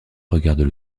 regardent